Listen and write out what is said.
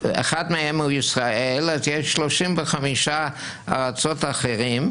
אחת מהן היא ישראל, אז יש 35 ארצות אחרות,